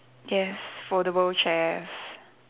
yes foldable chairs